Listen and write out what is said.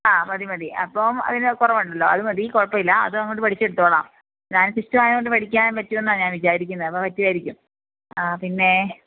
ആ മതി മതി അപ്പം അതിന് കുറവുണ്ടല്ലോ അത് മതി കുഴപ്പം ഇല്ല അത് അങ്ങോട്ട് പഠിച്ചെടുത്തോളാം ഞാൻ ആയതുകൊണ്ട് പഠിക്കാൻ പറ്റുമെന്ന് ഞാൻ വിചാരിക്കുന്നത് അപ്പം പറ്റുമായിരിക്കും ആ പിന്നെ